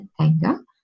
anger